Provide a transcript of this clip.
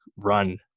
run